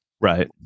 right